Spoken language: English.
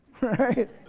right